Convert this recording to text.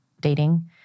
dating